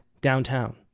Downtown